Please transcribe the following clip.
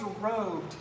robed